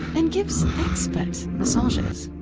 and gives expert massages.